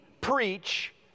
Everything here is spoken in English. preach